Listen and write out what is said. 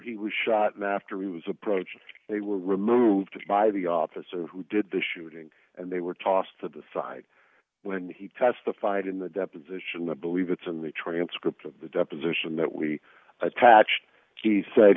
he was shot mastery was approached they were removed by the officer who did the shooting and they were tossed to the side when he testified in the deposition the believe it's in the transcript of the deposition that we attached he said